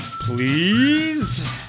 please